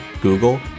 Google